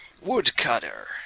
Woodcutter